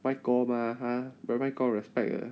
卖过吗他卖过 respect 的